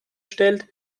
stellt